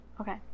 Okay